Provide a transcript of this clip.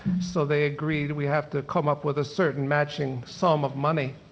so they agreed, we have to come up with a certain matching sum of money.